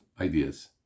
ideas